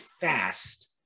fast